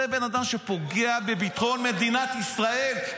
זה בן אדם שפוגע בביטחון מדינת ישראל.